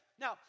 Now